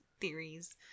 theories